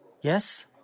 Yes